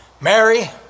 Mary